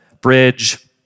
bridge